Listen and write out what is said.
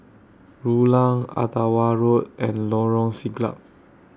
Rulang Ottawa Road and Lorong Siglap